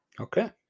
Okay